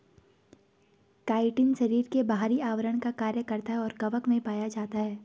chitin शरीर के बाहरी आवरण का कार्य करता है और कवक में पाया जाता है